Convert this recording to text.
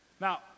Now